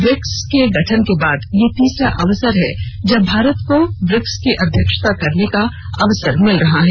BRICS के गठन के बाद यह तीसरा अवसर है जब भारत को ब्रिक्स की अध्यक्षता करने का अवसर प्राप्त हो रहा है